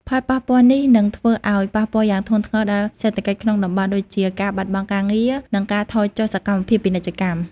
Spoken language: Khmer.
ផលប៉ះពាល់នេះនឹងធ្វើឲ្យប៉ះពាល់យ៉ាងធ្ងន់ធ្ងរដល់សេដ្ឋកិច្ចក្នុងតំបន់ ដូចជាការបាត់បង់ការងារ និងការថយចុះសកម្មភាពពាណិជ្ជកម្ម។